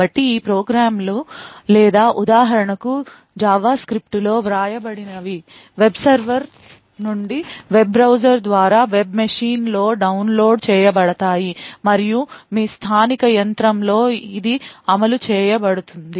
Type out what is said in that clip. కాబట్టి ఈ ప్రోగ్రామ్లు లేదా ఉదాహరణకు జావాస్క్రిప్ట్లో వ్రాయబడినవి వెబ్ సర్వర్ నుండి వెబ్ బ్రౌజర్ ద్వారా సర్వర్ లో డౌన్లోడ్ చేయబడతాయి మరియు మీ స్థానిక యంత్రంలో ఇది అమలు చేయబడుతుంది